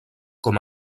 com